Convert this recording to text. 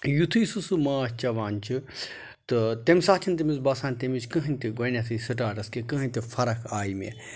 یُتھُے سُہ سُہ ماچھ چٮ۪وان چھُ تہٕ تمہِ ساتہٕ چھِنہٕ تٔمِس باسان تمِچ کٕہٕنۍ تہِ گۄڈنٮ۪تھٕے سِٹاٹَس کہِ کٕہٕنۍ تہِ فرق آیہِ مےٚ